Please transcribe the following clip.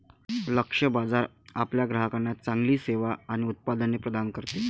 लक्ष्य बाजार आपल्या ग्राहकांना चांगली सेवा आणि उत्पादने प्रदान करते